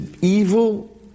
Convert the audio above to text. evil